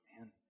man